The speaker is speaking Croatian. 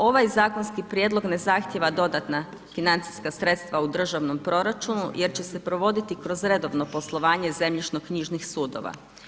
Ovaj zakonski ne zahtijeva dodatna financijska sredstva u državnom proračunu jer će se provoditi kroz redovno poslovanje zemljišno-knjižnih sudova.